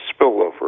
spillover